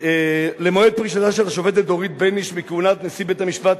למועד פרישתה של השופטת דורית בייניש מכהונת נשיא בית-המשפט,